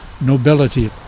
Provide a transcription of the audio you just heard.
nobility